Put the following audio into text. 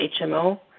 HMO